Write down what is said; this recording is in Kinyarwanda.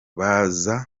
baza